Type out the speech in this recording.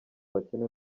abakene